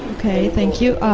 okay, thank you.